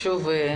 שוב,